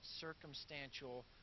circumstantial